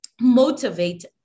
motivate